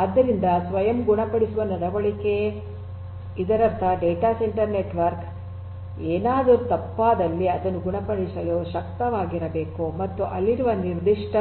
ಆದ್ದರಿಂದ ಸ್ವಯಂ ಗುಣಪಡಿಸುವ ನಡವಳಿಕೆ ಇದರರ್ಥ ಡೇಟಾ ಸೆಂಟರ್ ನೆಟ್ವರ್ಕ್ ಏನಾದರೂ ತಪ್ಪಾದಲ್ಲಿ ಅದನ್ನು ಗುಣಪಡಿಸಲು ಶಕ್ತವಾಗಿರಬೇಕು ಅದು ಅಲ್ಲಿರುವ ನಿರ್ದಿಷ್ಟ